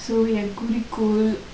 so என் குரிகோள்:yen kurikol